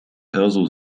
perso